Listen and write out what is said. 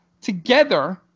together